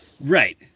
Right